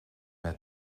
met